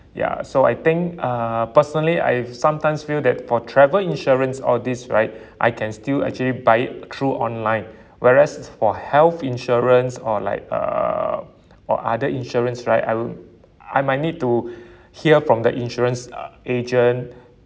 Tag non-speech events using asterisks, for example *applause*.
ya so I think uh personally I sometimes feel that for travel insurance all these right I can still actually buy it through online whereas for health insurance or like uh or other insurance right I'll I might need to *breath* hear from the insurance uh agent